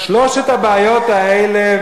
שלוש הבעיות האלה,